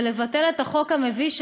זה לבטל את החוק המביש,